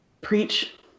Preach